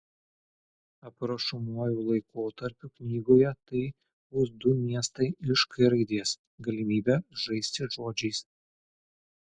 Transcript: aprašomuoju laikotarpiu knygoje tai bus du miestai iš k raidės galimybė žaisti žodžiais